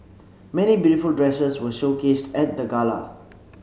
many beautiful dresses were showcased at the gala